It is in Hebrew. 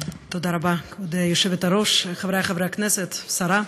כבוד היושבת-ראש, חברי חברי הכנסת, השרה,